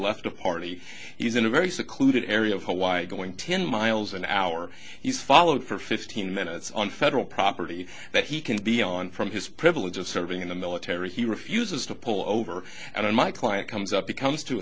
left a party he's in a very secluded area of hawaii going ten miles an hour he's followed for fifteen minutes on federal property that he can be on from his privilege of serving in the military he refuses to pull over and in my client comes up becomes to